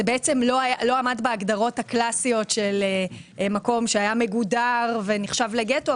זה בעצם לא עמד בהגדרות הקלסיות של מקום שהיה מגודר ונחשב לגטו,